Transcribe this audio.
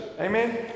Amen